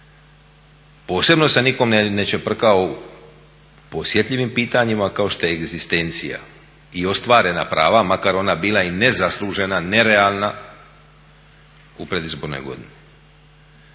Posebno se nikom ne čeprka po osjetljivim pitanjima kao što je egzistencija i ostvarena prava, makar ona bila i nezaslužena, nerealna u predizbornoj godini.